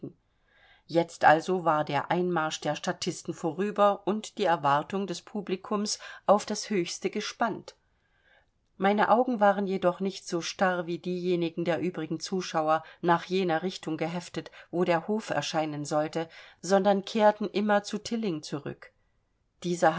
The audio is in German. jetzt also war der einmarsch der statisten vorüber und die erwartung des publikums auf das höchste gespannt meine augen waren jedoch nicht so starr wie diejenigen der übrigen zuseher nach jener richtung geheftet wo der hof erscheinen sollte sondern kehrten immer zu tilling zurück dieser